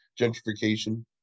gentrification